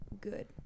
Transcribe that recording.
good